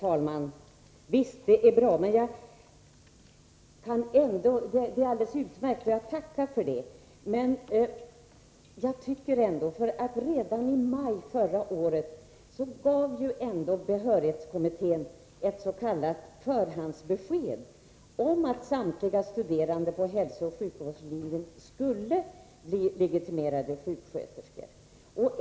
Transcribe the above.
Herr talman! Detta är alldeles utmärkt, och jag tackar för det. Men redan i maj månad förra året gav behörighetskommittén ett förhandsbesked om att samtliga studerande på hälsooch sjukvårdslinjen skulle bli legitimerade sjuksköterskor.